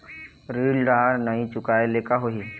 ऋण ला नई चुकाए ले का होही?